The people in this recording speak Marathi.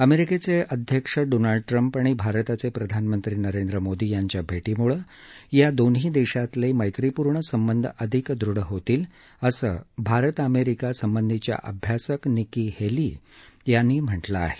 अमेरिकेचे अध्यक्ष डोनाल्ड ट्रम्प आणि भारताचे प्रधानमंत्री नरेंद्र मोदी यांच्या भेटीम्ळे या दोन्ही देशातले मैत्रीपूर्ण संबंध अधिक दृढ होतील असं भारत अमेरिका संबंधीच्या अभ्यासक निकी हेली यांनी म्हटलं आहे